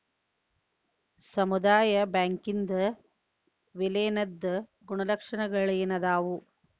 ಸಮುದಾಯ ಬ್ಯಾಂಕಿಂದ್ ವಿಲೇನದ್ ಗುಣಲಕ್ಷಣಗಳೇನದಾವು?